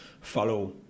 follow